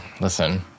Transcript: listen